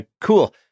cool